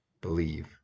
believe